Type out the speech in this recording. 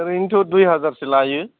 ओरैनोथ' दुइ हजारसो लायो